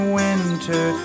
winter